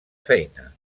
feina